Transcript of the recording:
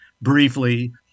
briefly